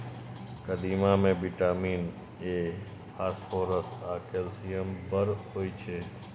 कदीमा मे vitamin A, phosphorus आ कैल्शियम बड़ होइ छै